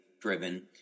driven